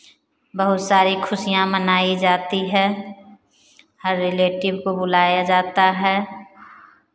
बहुत सारी खुशियाँ मनाई जाती है हर रिलेटिव को बुलाया जाता है